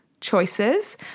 choices